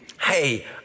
hey